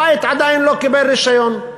הבית עדיין לא קיבל רישיון.